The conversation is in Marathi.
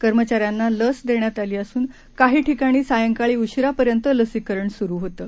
कर्मचाऱ्यांनालसदेण्यातआलीअसूनकाहीठिकाणीसायंकाळीउशिरापर्यंतलसीकरणसुरुहोतं